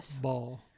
ball